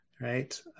Right